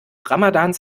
ramadans